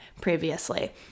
previously